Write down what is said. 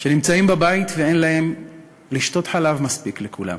שנמצאות בבית ואין להן חלב מספיק לכולם,